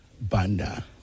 banda